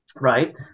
right